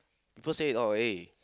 people say oh eh